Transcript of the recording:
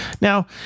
Now